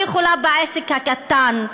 היא יכולה בעסק קטן.